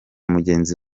mugenzi